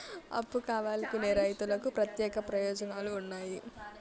అప్పు కావాలనుకునే రైతులకు ప్రత్యేక ప్రయోజనాలు ఉన్నాయా?